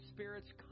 Spirit's